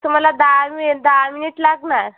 तुम्हाला दहा मिनिट दहा मिनिट लागणार